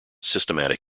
systematic